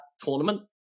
tournament